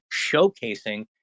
showcasing